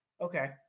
okay